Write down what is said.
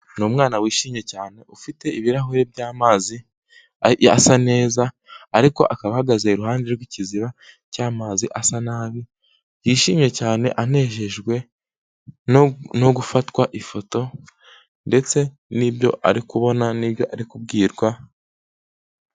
Ni umwana wishimye cyane ufite ibirahuri byamazi asa neza ariko akaba ahagaze iruhande rw'ikiziba cy'amazi asa nabi yishimye cyane anejejwe no gufatwa ifoto ndetse n'ibyo ari kubona n'ibyo ari kubwirwa.